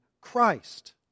Christ